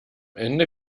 ende